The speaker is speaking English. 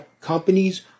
companies